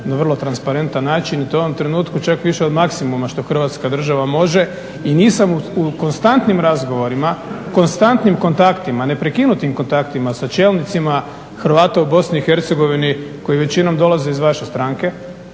na vrlo transparentan način i to u ovom trenutku čak više od maksimuma što Hrvatska može. I nisam u konstantnim razgovorima, konstantnim kontaktima neprekinutim kontaktima sa čelnicima Hrvata u BiH koji većinom dolaze iz vaše stranke,